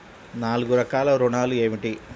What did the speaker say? నాలుగు రకాల ఋణాలు ఏమిటీ?